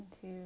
two